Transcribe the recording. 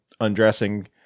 undressing